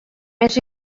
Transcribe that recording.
més